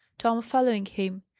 tom following him.